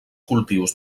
cultius